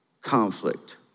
conflict